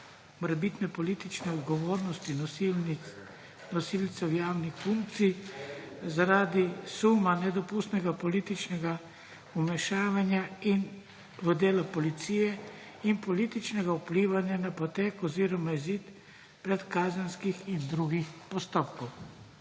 morebitne politične odgovornosti nosilcev javnih funkcij zaradi suma nedopustnega političnega vmešavanja v delo policije in političnega vplivanja na potek oziroma izid predkazenskih in drugih postopkov.